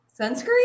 Sunscreen